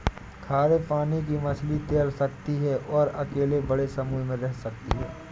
खारे पानी की मछली तैर सकती है और अकेले बड़े समूह में रह सकती है